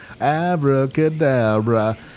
Abracadabra